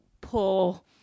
pull